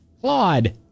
Claude